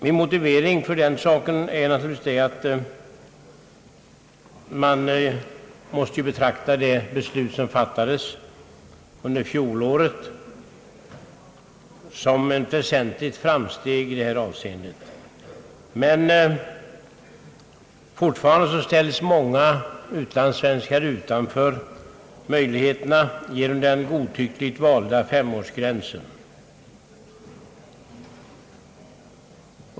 Min motivering är att man måste betrakta det beslut som fattades under fjolåret såsom ett väsentligt framsteg. Men fortfarande ställs många utlandssvenskar utanför möjligheten att rösta genom den godtyckligt valda femårsgränsen.